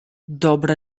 dobre